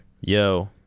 Yo